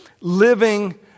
living